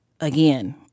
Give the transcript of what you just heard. Again